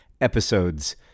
episodes